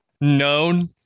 known